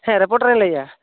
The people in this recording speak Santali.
ᱦᱮᱸ ᱨᱤᱯᱳᱴᱟᱨᱤᱧ ᱞᱟᱹᱭᱮᱜᱼᱟ